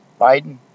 Biden